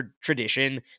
tradition